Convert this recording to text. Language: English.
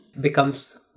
becomes